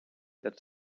that